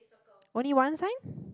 only one sign